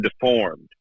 deformed